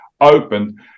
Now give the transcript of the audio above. opened